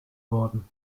worden